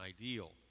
ideal